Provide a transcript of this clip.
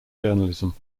journalism